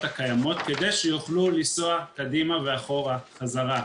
הקיימות כדי שיוכלו לנסוע קדימה ואחורה חזרה.